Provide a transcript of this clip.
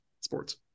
sports